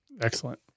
Excellent